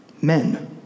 Men